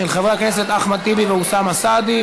של חברי הכנסת אחמד טיבי ואוסאמה סעדי.